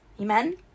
Amen